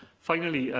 finally,